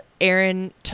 Aaron